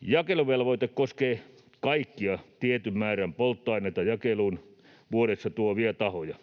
Jakeluvelvoite koskee kaikkia tietyn määrän polttoaineita jakeluun vuodessa tuovia tahoja.